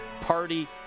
Party